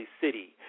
City